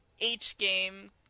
H-game